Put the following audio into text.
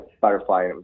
butterfly